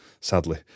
sadly